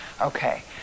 Okay